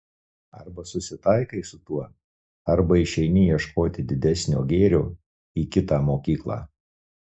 arba susitaikai su tuo arba išeini ieškoti didesnio gėrio į kitą mokyklą